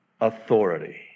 authority